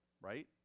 right